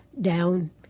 down